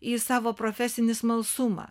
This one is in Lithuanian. į savo profesinį smalsumą